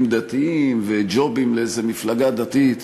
דתיים וג'ובים לאיזה מפלגה דתית.